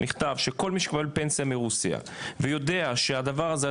מכתב שכל מי שמקבל פנסיה מרוסיה ויודע